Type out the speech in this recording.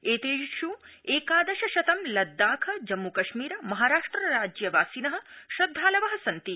एतेष् एकादश शतं लद्दाख जम्मुकश्मीर महाराष्ट्र राज्यवासिन श्रद्धालव सन्ति